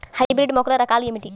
Hybrid మొక్కల రకాలు ఏమిటీ?